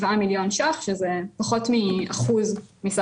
יש קצת פחות מ-1,000.